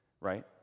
right